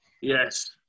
Yes